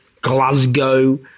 Glasgow